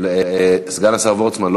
סגן השר וורצמן,